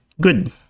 good